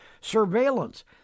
surveillance